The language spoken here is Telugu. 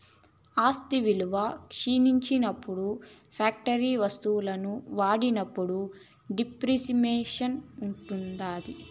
ఆస్తి విలువ క్షీణించినప్పుడు ఫ్యాక్టరీ వత్తువులను వాడినప్పుడు డిప్రిసియేషన్ ఉంటాది